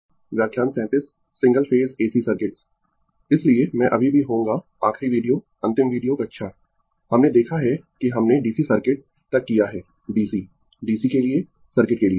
Fundamentals of Electrical Engineering Prof Debapriya Das Department of Electrical Engineering Indian Institute of Technology Kharagpur single phase AC circuits इसलिए मैं अभी भी होऊंगा आखिरी video अंतिम वीडियो कक्षा हमने देखा है कि हमने DC सर्किट तक किया है DC DC के लिए सर्किट के लिए